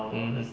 mm